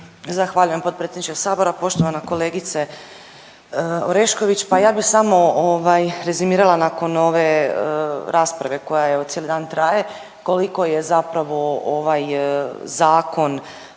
Zahvaljuje potpredsjedniče Sabora. Poštovana kolegice Orešković, pa ja bih samo rezimirala nakon ove rasprave koja evo cijeli dan traje koliko je zapravo ovaj zakon